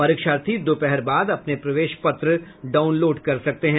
परीक्षार्थी दोपहर बाद अपने प्रवेश पत्र डाउनलोड कर सकते हैं